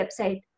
website